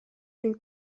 une